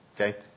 Okay